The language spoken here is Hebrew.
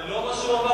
זה לא מה שהוא אמר.